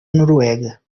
noruega